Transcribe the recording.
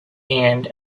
hand